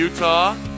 Utah